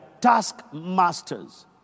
taskmasters